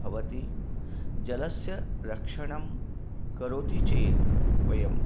भवति जलस्य रक्षणं करोति चेत् वयं